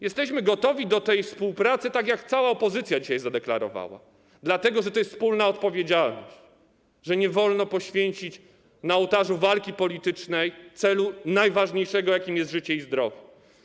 Jesteśmy gotowi do tej współpracy, tak jak cała opozycja dzisiaj zadeklarowała, dlatego że to jest wspólna odpowiedzialność, że nie wolno poświęcić na ołtarzu walki politycznej celu najważniejszego, jakim jest życie i zdrowie.